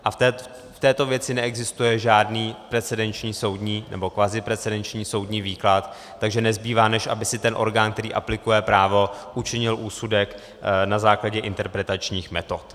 A v této věci neexistuje žádný precedenční nebo kvaziprecedenční soudní výklad, takže nezbývá, než aby si ten orgán, který aplikuje právo, učinil úsudek na základě interpretačních metod.